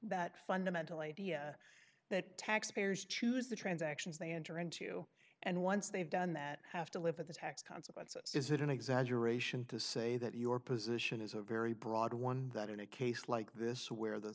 that fundamental idea that taxpayers choose the transactions they enter into and once they've done that have to live at the tax consequences is it an exaggeration to say that your position is a very broad one that in a case like this where the